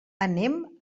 anem